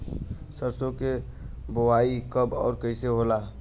सरसो के बोआई कब और कैसे होला?